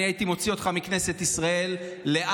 אני הייתי מוציא אותך מכנסת ישראל לעד,